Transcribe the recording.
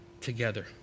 together